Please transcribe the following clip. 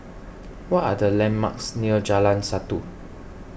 what are the landmarks near Jalan Satu